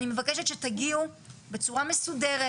אני מבקשת שתגיעו בצורה מסודרת,